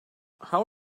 how